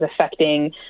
affecting